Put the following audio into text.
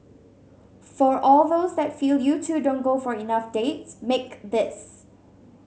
for all those that feel you two don't go for enough dates make this